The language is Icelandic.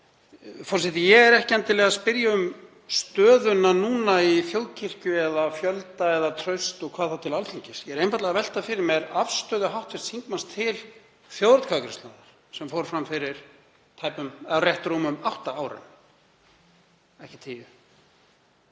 það núna. Ég er ekki endilega að spyrja um stöðuna núna í þjóðkirkjunni eða fjölda eða traust — og hvað þá til Alþingis. Ég er einfaldlega að velta fyrir mér afstöðu hv. þingmanns til þjóðaratkvæðagreiðslunnar sem fór fram fyrir rétt rúmum átta árum, ekki tíu.